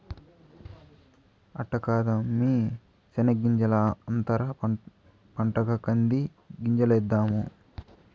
అట్ట కాదమ్మీ శెనగ్గింజల అంతర పంటగా కంది గింజలేద్దాము